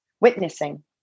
witnessing